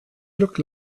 look